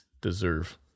deserve